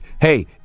Hey